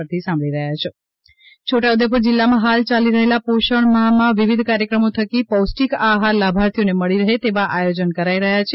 છોટા ઉદેપુર પોષણ અભિયાન છોટા ઉદેપુર જિલ્લા માં હાલ ચાલી રહેલા પોષણ માહમાં વિવિધ કાર્યક્રમો થકી પૌષ્ટિક આહાર લાભર્થીઓ ને મળી રહે તેવા આયોજનો કરાઈ રહ્યા છે